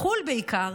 מחו"ל בעיקר,